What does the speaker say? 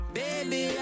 baby